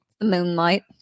Moonlight